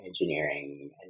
engineering